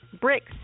Bricks